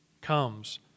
comes